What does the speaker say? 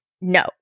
no